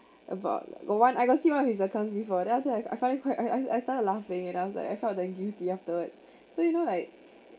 about like got one I got see what his accounts before then I feel like I find it quite I I started laughing and I was like I felt the guilty the afterward so you know like